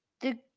The